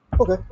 Okay